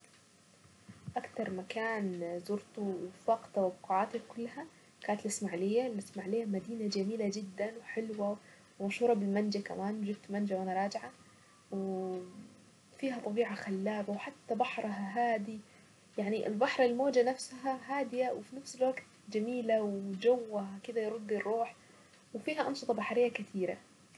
لعبة المفضلة هي الدومينو لعبة الدمينو اكتر لعبة حلوة ومسلية وبتبقى حلوة لما نبقى فريق كبير ويبقى فيها خسارة وفيها تنافس وكل واحد يحاول ان هو يكسب التاني وتكون فيها منافسة حلوة وفي نفس الوقت مسلية وبتنمي الذكاء كده وتخليك مصحصح.